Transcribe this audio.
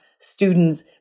students